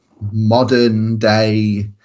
modern-day